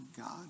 God